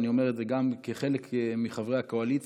אני אומר את זה גם כחלק מחברי הקואליציה,